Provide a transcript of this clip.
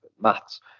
maths